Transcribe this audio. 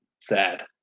sad